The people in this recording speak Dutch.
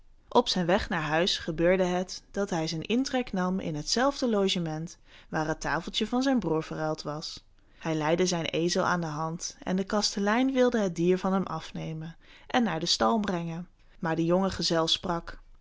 op zijn weg naar huis gebeurde het dat hij zijn intrek nam in hetzelfde logement waar het tafeltje van zijn broer verruild was hij leidde zijn ezel aan de hand en de kastelein wilde het dier van hem afnemen en naar den stal brengen maar de jonge